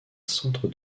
centre